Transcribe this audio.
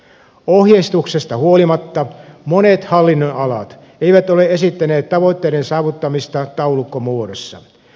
ohjeistuksesta huolimatta monet hallinnonalat eivät ole esittäneet tavoitteiden saavuttamista taulukkomuodossa